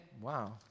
wow